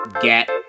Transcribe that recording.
get